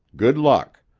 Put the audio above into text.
good luck.